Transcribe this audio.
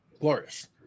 glorious